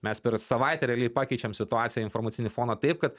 mes per savaitę realiai pakeičia situaciją informacinį foną taip kad